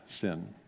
sin